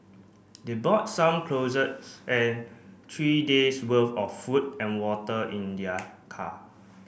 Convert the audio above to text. they brought some clothes and three days' worth of food and water in their car